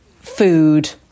food